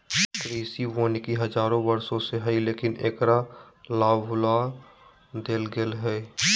कृषि वानिकी हजारों वर्षों से हइ, लेकिन एकर लाभ भुला देल गेलय हें